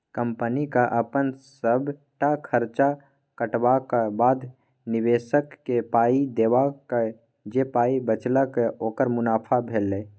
कंपनीक अपन सबटा खर्च कटबाक बाद, निबेशककेँ पाइ देबाक जे पाइ बचेलक ओकर मुनाफा भेलै